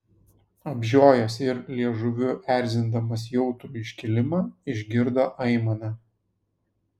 apžiojęs ir liežuviu erzindamas jautrų iškilimą išgirdo aimaną